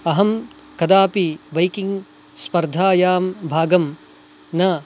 अहं कदापि बैकिङ्ग् स्पर्धायां भागं न